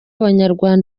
abanyamakuru